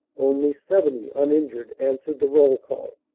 only seventy uninjured answered the roll-call.